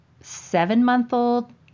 seven-month-old